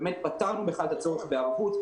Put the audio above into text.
פתרנו את הצורך בערבות.